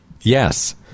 Yes